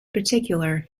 particular